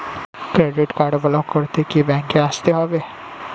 Credit card block করতে কি ব্যাংকে আসতে হবে?